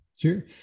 Sure